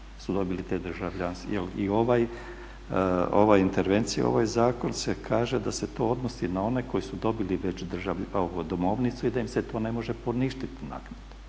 ova intervencija u ovaj zakon se kaže da se to odnosi na one koji su dobili domovnicu i da im se to ne može poništiti naknadno.